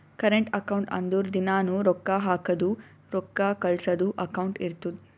current account ಅಂದುರ್ ದಿನಾನೂ ರೊಕ್ಕಾ ಹಾಕದು ರೊಕ್ಕಾ ಕಳ್ಸದು ಅಕೌಂಟ್ ಇರ್ತುದ್